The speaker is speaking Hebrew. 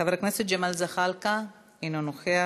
חבר הכנסת ג'מאל זחאלקה, אינו נוכח,